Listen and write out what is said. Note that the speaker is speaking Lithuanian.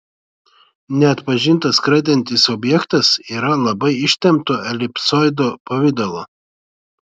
neatpažintas skraidantis objektas yra labai ištempto elipsoido pavidalo